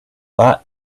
but